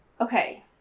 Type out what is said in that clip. Okay